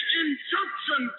injunction